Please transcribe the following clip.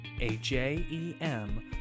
A-J-E-M